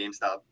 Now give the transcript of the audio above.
GameStop